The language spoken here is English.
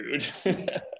food